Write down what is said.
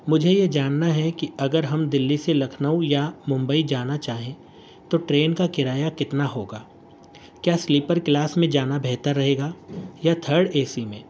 مجھے یہ جاننا ہے کہ اگر ہم دلی سے لکھنؤ یا ممبئی جانا چاہیں تو ٹرین کا کرایہ کتنا ہوگا کیا سلیپر کلاس میں جانا بہتر رہے گا یا تھرڈ اے سی میں